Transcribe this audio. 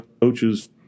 coaches